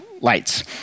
lights